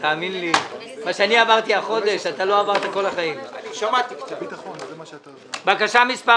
בקשה מס'